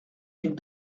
mille